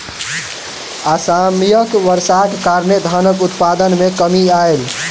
असामयिक वर्षाक कारणें धानक उत्पादन मे कमी आयल